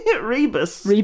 Rebus